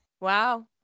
Wow